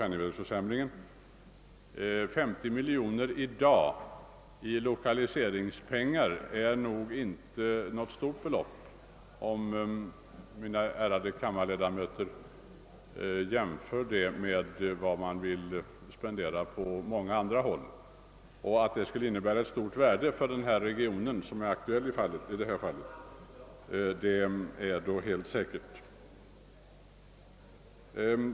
Beloppet skall givetvis ökas med hänsyn till den penningvärdeförsämring som =<:sedan dess skett. I dagens läge är 50 miljoner kronor i lokaliseringsmedel inte något stort belopp jämfört med vad man vill spendera för lokalisering på många andra håll. Att en sådan insats skulle vara av stort värde för den region som är aktuell i detta fall är helt säkert.